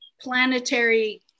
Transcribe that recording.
planetary